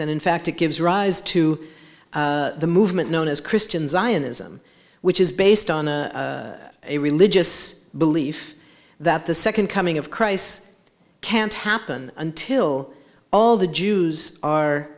and in fact it gives rise to the movement known as christian zionist them which is based on a religious belief that the second coming of christ can't happen until all the jews are